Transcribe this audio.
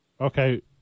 Okay